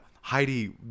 Heidi